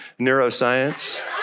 neuroscience